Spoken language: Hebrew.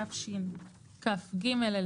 התשכ"ג 1963,